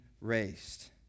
raised